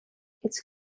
its